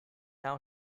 now